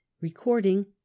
Recording